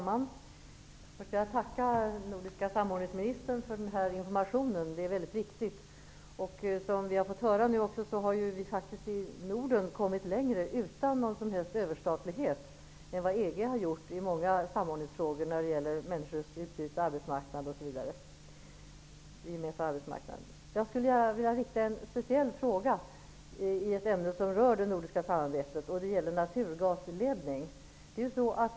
Herr talman! Jag vill tacka nordiska samordningsministern för informationen. Som vi nu har fått höra har vi i Norden kommit längre utan någon som helst överstatlighet än vad EG har gjort i många samordningsfrågor när det gäller utbyte, gemensam arbetsmarknad osv. Jag skulle vilja ställa en fråga i ett ämne som rör det nordiska samarbetet. Det gäller en naturgasledning.